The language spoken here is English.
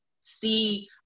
see